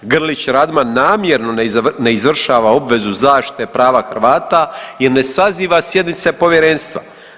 Grlić Radman namjerno ne izvršava obvezu zaštite prava Hrvata jer ne saziva sjednice Povjerenstva.